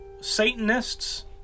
satanists